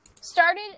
Started